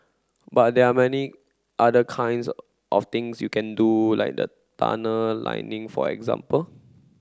but there are many other kinds of things you can do like the tunnel lining for example